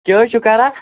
کیٛاہ حظ چھِو کَران